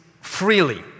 freely